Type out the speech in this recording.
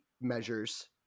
measures